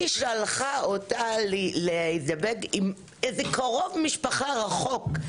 היא שלחה אותה להידבק עם איזה קרוב משפחה רחוק.